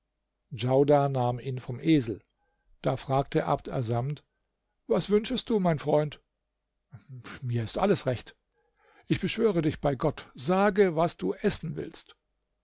djaudar nahm ihn vom esel da fragte abd assamd was wünschest du mein freund mir ist alles recht ich beschwöre dich bei gott sage was du essen willst